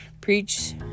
preach